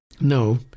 No